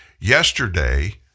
Yesterday